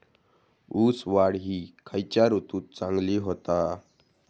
ऊस वाढ ही खयच्या ऋतूत चांगली होता?